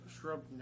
shrub